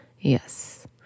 Yes